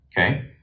okay